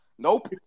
Nope